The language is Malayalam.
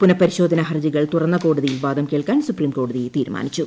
പുനപരിശോധനാ ഹർജികൾ തുറന്ന കോടതിയിൽ വാദം കേൾക്കാൻ സുപ്രീംകോടതി തീരുമാനിച്ചു